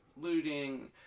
looting